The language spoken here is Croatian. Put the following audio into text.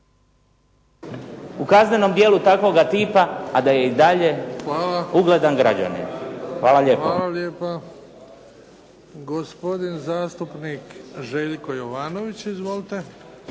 u kaznenom djelu takvoga tipa a da je i dalje ugledan građanin? Hvala lijepo. **Bebić, Luka (HDZ)** Hvala. Hvala lijepo. Gospodin zastupnik Željko Jovanović. Izvolite.